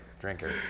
drinker